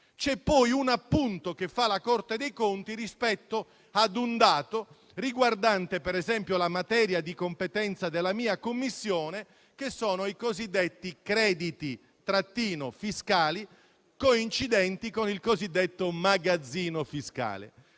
C'è poi un appunto che fa la Corte dei conti rispetto ad un dato riguardante per esempio la materia di competenza della 6a Commissione che presiedo, che sono i cosiddetti crediti-fiscali coincidenti con il cosiddetto magazzino fiscale,